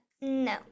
no